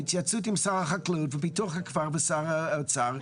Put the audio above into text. בהתייעצות עם שר החקלאות ופיתוח הכפר ושר האוצר,